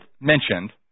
mentioned